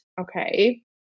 okay